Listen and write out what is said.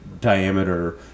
diameter